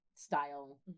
style